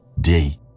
day